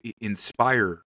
inspire